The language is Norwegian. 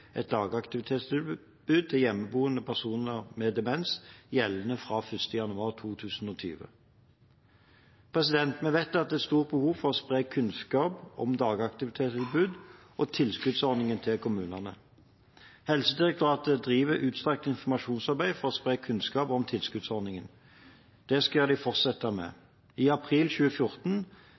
et dagaktivitetstilbud til hjemmeboende personer med demens, gjeldende fra 1. januar 2020. Vi vet at det er stort behov for å spre kunnskap om dagaktivitetstilbud og tilskuddsordningen til kommunene. Helsedirektoratet driver utstrakt informasjonsarbeid for å spre kunnskap om tilskuddsordningen. Det skal de fortsette med. I april 2014